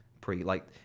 pre-like